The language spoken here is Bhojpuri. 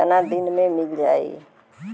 कितना दिन में मील जाई?